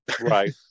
right